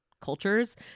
cultures